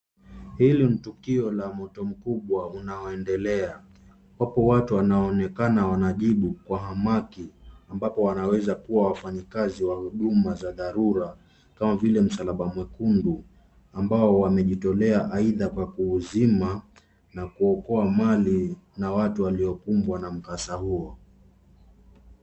Hili ni tukio la moto mkubwa unaoendelea ambapo watu wanaonekana wanajibu kwa hamaki ambapo wanaweza kuwa wafanyikazi wa huduma za dharura kama vile msalaba mwekundu ambao wamejitolea aidha kwa kuuzima na kuokoa mali na watu waliokumbwa kwa mkasa huo.